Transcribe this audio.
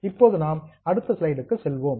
இப்போது நாம் அடுத்த ஸ்லைட்க்கு செல்வோம்